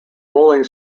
rolling